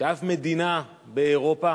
שאף מדינה באירופה